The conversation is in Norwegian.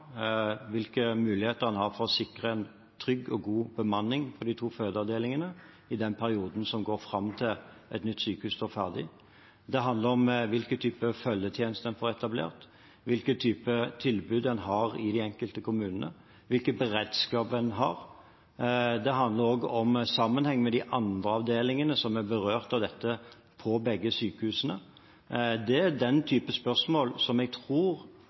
hvilke muligheter en har for å sikre en trygg og god bemanning på de to fødeavdelingene i den perioden som går fram til et nytt sykehus står ferdig. Det handler om hvilken type følgetjeneste en får etablert, hvilke type tilbud en har i de enkelte kommunene, hvilken beredskap en har. Det handler også om sammenheng med de andre avdelingene, på begge sykehusene, som er berørt av dette. Det er den type spørsmål som jeg tror